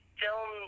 film